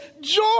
joy